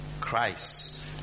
Christ